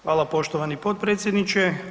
Hvala, poštovani potpredsjedniče.